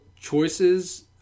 choices